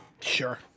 Sure